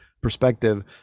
perspective